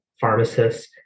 pharmacists